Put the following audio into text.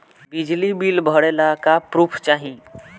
बिजली बिल भरे ला का पुर्फ चाही?